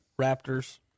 Raptors